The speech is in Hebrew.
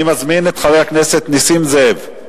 אני מזמין את חבר הכנסת נסים זאב.